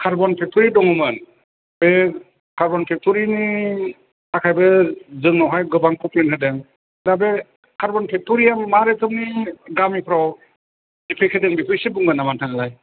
carbon factory दङमोन बे carbon फेक्ट'रिनि थाखायबो जोंनावहाय गोबां कमप्लेन होदों दा बे कार्ब'न फेक्टरिया मा रोखोमनि गामिफ्राव एफेक्ट होदों बेखौ एसे बुंगोन नामा नोंथाङालाय